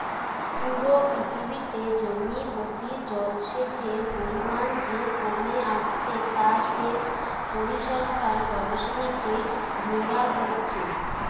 পুরো পৃথিবীতে জমি প্রতি জলসেচের পরিমাণ যে কমে আসছে তা সেচ পরিসংখ্যান গবেষণাতে ধোরা পড়ছে